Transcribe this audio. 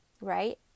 right